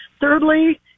Thirdly